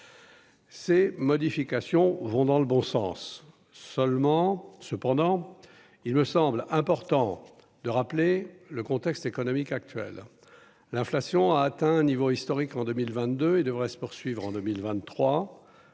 ces modifications vont dans le bon sens seulement cependant, il me semble important de rappeler le contexte économique actuel, l'inflation a atteint un niveau historique en 2000 22 et devrait se poursuivre en 2023,